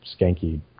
skanky